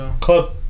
club